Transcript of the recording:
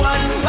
One